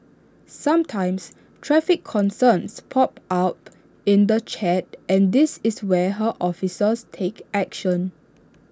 sometimes traffic concerns pop up in the chat and this is where her officers take action